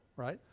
right?